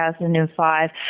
2005